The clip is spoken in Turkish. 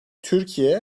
türkiye